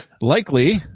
likely